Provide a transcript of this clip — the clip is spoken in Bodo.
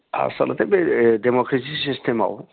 आसलते बे डेम'क्रेसि सिस्टेमाव